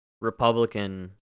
Republican